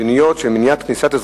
של חברת הכנסת עינת וילף: המשמעויות